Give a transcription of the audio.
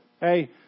hey